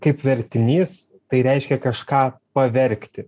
kaip vertinys tai reiškia kažką pavergti